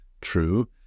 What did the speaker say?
true